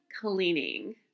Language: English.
cleaning